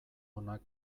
onak